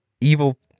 evil